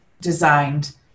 designed